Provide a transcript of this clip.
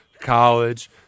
college